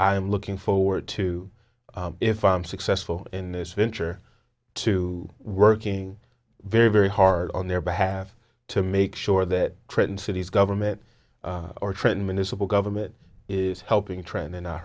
i'm looking forward to if i'm successful in this venture to working very very hard on their behalf to make sure that trenton city's government or trenton municipal government is helping trend